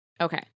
Okay